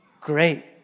great